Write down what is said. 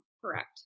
Correct